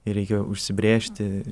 ir reikia užsibrėžti